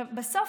בסוף,